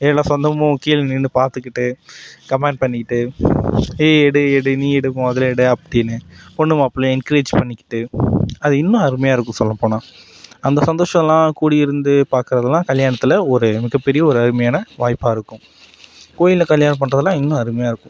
எல்லா சொந்தமும் கீழே நின்று பார்த்துகிட்டு கமெண்ட் பண்ணிக்கிட்டு ஏய் எடு எடு நீ எடு முதல்ல எடு அப்படின்னு பொண்ணு மாப்பிள்ளையை என்கரேஜ் பண்ணிக்கிட்டு அது இன்னும் அருமையாயிருக்கும் சொல்லப் போனால் அந்த சந்தோஷமெல்லாம் கூடி இருந்து பாக்கிறதுலாம் கல்யாணத்தில் ஒரு மிகப்பெரிய அருமையான ஒரு வாய்ப்பாயிருக்கும் கோவில்ல கல்யாணம் பண்றதெல்லாம் இன்னும் அருமையாயிருக்கும்